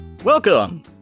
Welcome